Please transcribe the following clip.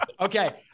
Okay